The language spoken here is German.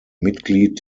mitglied